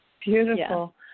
Beautiful